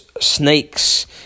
snakes